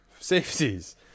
Safeties